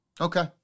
Okay